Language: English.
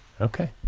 Okay